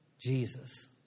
Jesus